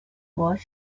was